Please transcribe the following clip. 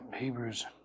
hebrews